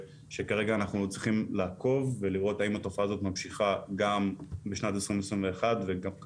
האם התופעה הזאת ממשיכה גם בשנת 2021 וכמובן גם השנה הנוכחית.